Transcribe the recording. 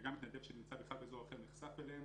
ומתנדב שנמצא באזור אחר בכלל נחשף אליהם